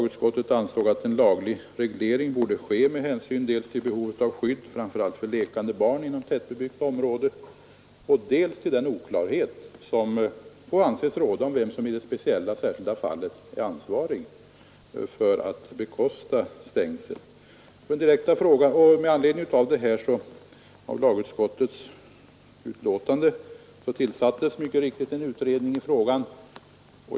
Utskottet ansåg då att en laglig reglering borde ske med hänsyn dels till behovet av skydd, framför allt för lekande barn inom tätbebyggt område, dels till den oklarhet som anses råda om vem som i det speciella fallet kan anses ansvarig för att bekosta stängsel. Med anledning av tredje lagutskottets utlåtande tillsattes mycket riktigt en utredning i frågan.